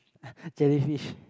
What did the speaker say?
jellyfish